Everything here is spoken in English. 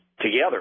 together